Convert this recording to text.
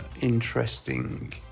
interesting